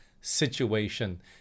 situation